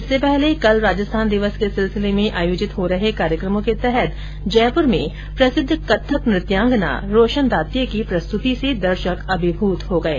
इससे पहले कल राजस्थान दिवस के सिलसिले में आयोजित हो रहे कार्यक्रमों के तहत जयपुर में प्रसिद्ध कत्थक नृत्यांगना रोशन दात्ये की प्रस्तृति से दर्शक अभिभूत हो गये